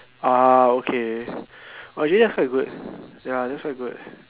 ah okay oh actually that's quite good ya that's quite good